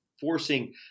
forcing